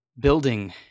building